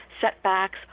setbacks